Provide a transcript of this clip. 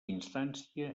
instància